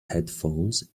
headphones